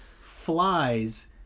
flies